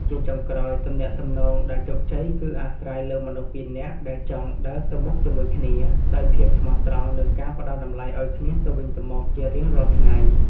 ជាចុងក្រោយ ទំនាក់ទំនងដែលជោគជ័យគឺអាស្រ័យលើមនុស្សពីរនាក់ដែលចង់ដើរទៅមុខជាមួយគ្នា ដោយភាពស្មោះត្រង់ និងការផ្ដល់តម្លៃឱ្យគ្នាទៅវិញទៅមកជារៀងរាល់ថ្ងៃ។